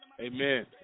Amen